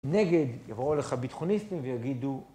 מנגד יבואו לך ביטחוניסטים ויגידו...